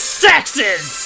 sexes